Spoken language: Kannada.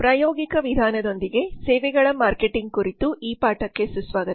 ಪ್ರಾಯೋಗಿಕ ವಿಧಾನದೊಂದಿಗೆ ಸೇವೆಗಳ ಮಾರ್ಕೆಟಿಂಗ್ ಕುರಿತು ಈ ಪಾಠಕ್ಕೆ ಸುಸ್ವಾಗತ